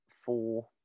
four